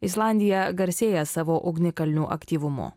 islandija garsėja savo ugnikalnių aktyvumu